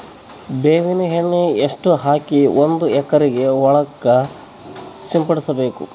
ಬೇವಿನ ಎಣ್ಣೆ ಎಷ್ಟು ಹಾಕಿ ಒಂದ ಎಕರೆಗೆ ಹೊಳಕ್ಕ ಸಿಂಪಡಸಬೇಕು?